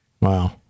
Wow